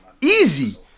easy